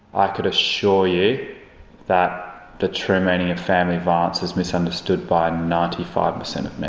i could assure you that the true meaning of family violence is misunderstood by ninety five percent of men.